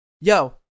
yo